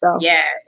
yes